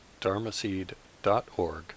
dharmaseed.org